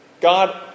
God